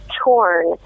torn